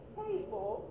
table